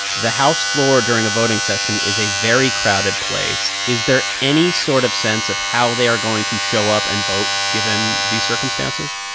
the house floor during a voting session is a very crowded place. is there any sort of sense of how they are going to show up and vote given these circumstances?